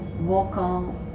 vocal